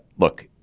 look,